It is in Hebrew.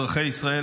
אזרחי ישראל,